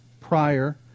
prior